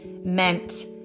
meant